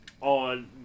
on